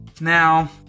Now